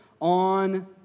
on